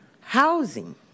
housing